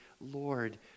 Lord